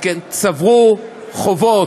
וצברו חובות,